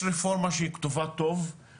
יש רפורמה שהיא כתובה טוב,